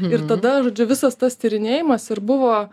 ir tada žodžiu visas tas tyrinėjimas ir buvo